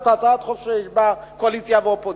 הצעת חוק שיש בה קואליציה ואופוזיציה.